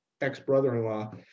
ex-brother-in-law